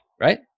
right